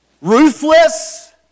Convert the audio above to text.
ruthless